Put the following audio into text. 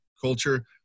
culture